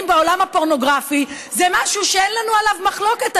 בעולם הפורנוגרפי זה משהו שאין לנו עליו מחלוקת.